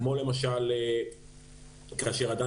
כמו למשל כאשר אדם